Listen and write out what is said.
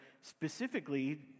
specifically